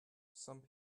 some